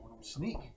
sneak